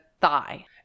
thigh